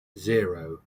zero